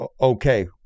okay